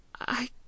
I